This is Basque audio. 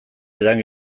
edan